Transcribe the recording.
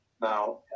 Now